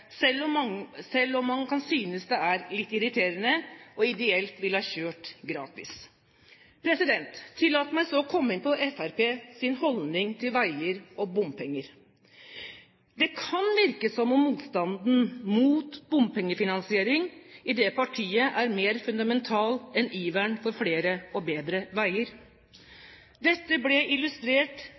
selv om man kan synes det er litt irriterende og ideelt sett ville kjørt gratis. Tillat meg så å komme inn på Fremskrittspartiets holdning til veier og bompenger. Det kan virke som om motstanden mot bompengefinansiering i det partiet er mer fundamental enn iveren for flere og bedre veier. Dette ble illustrert